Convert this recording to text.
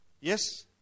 Yes